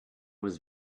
was